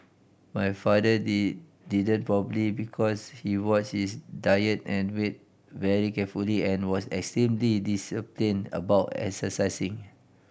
my father didn't probably because he watch his diet and weight very carefully and was extremely disciplined about exercising